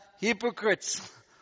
hypocrites